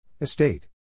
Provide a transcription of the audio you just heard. Estate